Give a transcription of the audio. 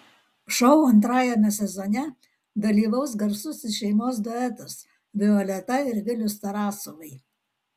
šou antrajame sezone dalyvaus garsusis šeimos duetas violeta ir vilius tarasovai